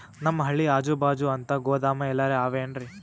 ನಮ್ ಹಳ್ಳಿ ಅಜುಬಾಜು ಅಂತ ಗೋದಾಮ ಎಲ್ಲರೆ ಅವೇನ್ರಿ?